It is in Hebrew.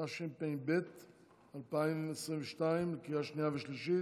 התשפ"ב 2022, בקריאה שנייה ושלישית.